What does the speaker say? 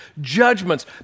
judgments